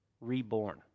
reborn